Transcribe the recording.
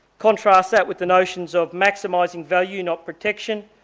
contrast that with the notions of maximizing value, not protection,